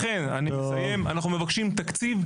אנחנו מבקשים תקציב,